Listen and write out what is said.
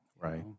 Right